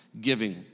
giving